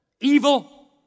evil